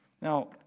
now